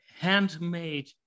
handmade